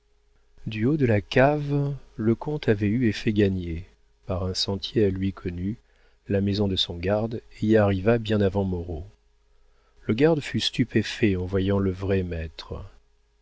du haut de la cave le comte avait en effet gagné par un sentier à lui connu la maison de son garde et y arriva bien avant moreau le garde fut stupéfait en voyant le vrai maître